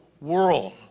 world